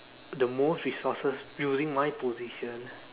the most resources using my position